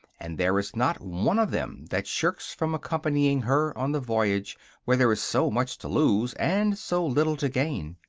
and there is not one of them that shrinks from accompanying her on the voyage where there is so much to lose and so little to gain.